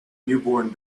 newborn